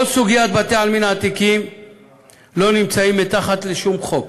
כל סוגיית בתי-העלמין העתיקים לא נמצאת מתחת לשום חוק.